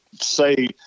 say